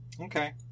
Okay